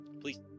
Please